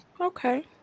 Okay